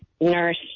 nurse